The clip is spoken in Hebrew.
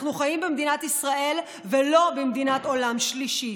אנחנו חיים במדינת ישראל ולא במדינת עולם שלישי.